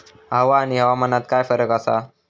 हवा आणि हवामानात काय फरक असा?